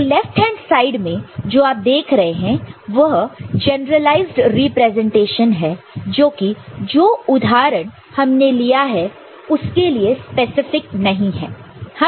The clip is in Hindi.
तो लेफ्ट हैंड साइड में जो आप देख रहे हैं वह एक जनरलाइज्ड रिप्रेजेंटेशन है जो कि जो उदाहरण हमने लिया है उसके लिए स्पेसिफिक नहीं है